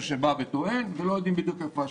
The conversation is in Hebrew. שבא וטוען ולא יודעים בדיוק היכן השטח.